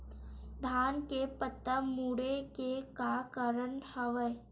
धान के पत्ता मुड़े के का कारण हवय?